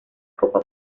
copa